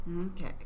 Okay